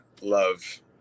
love